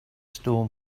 storm